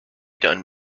done